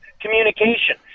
communication